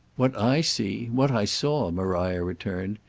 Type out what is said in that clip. what i see, what i saw, maria returned,